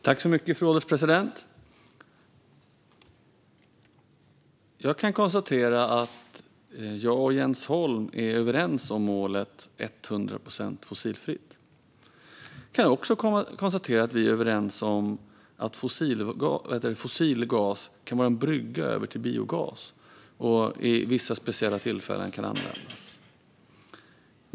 Fru ålderspresident! Jag kan konstatera att jag och Jens Holm är överens om målet 100 procent fossilfritt. Jag kan också konstatera att vi är överens om att fossilgas kan vara en brygga över till biogas och kan användas vid vissa speciella tillfällen.